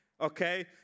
okay